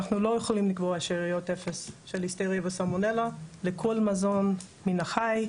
אנחנו לא יכולים לקבוע שאריות אפס של ליסטריה וסלמונלה לכל מזון מן החי.